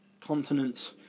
continents